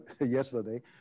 yesterday